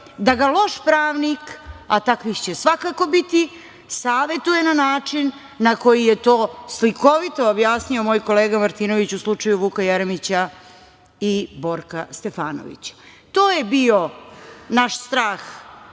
da ga loš pravnik, a takvih će svakako biti savetuje na način na koji je to slikovito objasnio moj kolege Martinović u slučaju Vuka Jeremića i Borka Stefanovića. To je bio naš strah